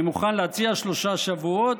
אני מוכן להציע שלושה שבועות,